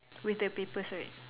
with the papers right